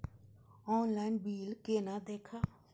Online bill केना देखब?